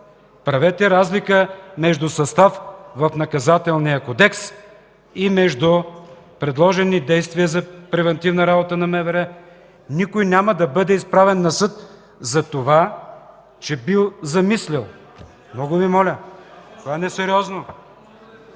правете разлика между състав в Наказателния кодекс и между предложени действия за превантивна работа на МВР. Никой няма да бъде изправен на съд за това, че бил замислял. Много Ви моля, това е несериозно.